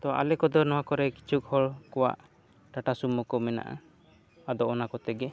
ᱛᱚ ᱟᱞᱮ ᱠᱚᱫᱚ ᱠᱤᱪᱷᱩ ᱦᱚᱲ ᱠᱚᱣᱟᱜ ᱴᱟᱴᱟ ᱥᱩᱢᱳ ᱠᱚ ᱢᱮᱱᱟᱜᱼᱟ ᱟᱫᱚ ᱚᱱᱟ ᱠᱚᱛᱮ ᱜᱮ